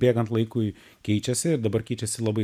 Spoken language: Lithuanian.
bėgant laikui keičiasi ir dabar keičiasi labai